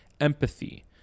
empathy